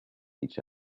each